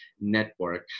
network